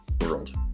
world